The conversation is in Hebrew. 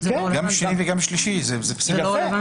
גם שני ושלישי זה בסדר.